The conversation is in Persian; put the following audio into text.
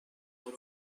غروب